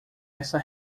essa